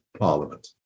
Parliament